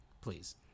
Please